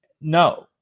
No